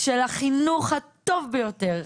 של החינוך הטוב ביותר,